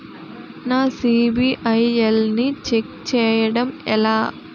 నా సిబిఐఎల్ ని ఛెక్ చేయడం ఎలా?